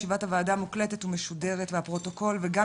ישיבת הוועדה מוקלטת ומשודרת והפרוטוקול וגם